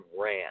ran